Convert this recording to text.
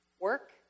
Work